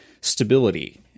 stability